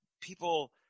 people